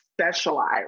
specialize